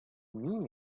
mean